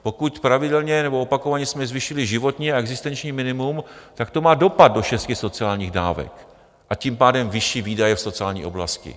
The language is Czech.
Pokud pravidelně nebo opakovaně jsme zvýšili životní a existenční minimum, tak to má dopad do šesti sociálních dávek, a tím pádem vyšší výdaje v sociální oblasti.